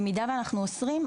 במידה ואנחנו אוסרים,